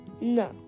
no